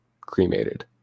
cremated